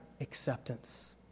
acceptance